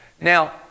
Now